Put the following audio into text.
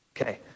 Okay